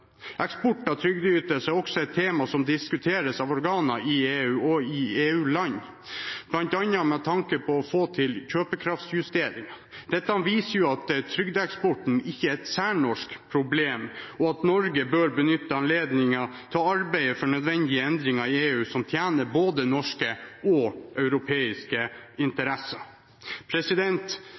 Eksport av trygdeytelser er også et tema som diskuteres av organer i EU og i EU-land, bl.a. med tanke på å få til kjøpekraftsjustering. Dette viser at trygdeeksport ikke er et særnorsk problem, og at Norge bør benytte anledningen til å arbeide for nødvendige endringer i EU som tjener både norske og europeiske interesser